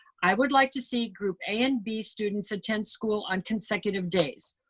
i would like to see group a and b students attend school on consecutive days.